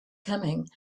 coming